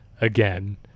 again